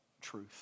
truth